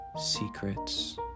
secrets